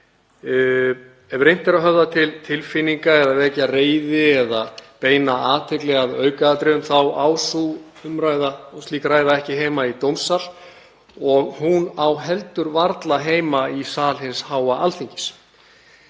Ef reynt er að höfða til tilfinninga eða vekja reiði eða beina athygli að aukaatriðum þá á sú umræða og slík ræða ekki heima í dómsal og hún á heldur varla heima í sal hins háa Alþingis.